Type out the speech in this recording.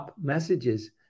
messages